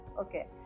Okay